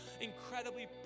incredibly